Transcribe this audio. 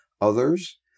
others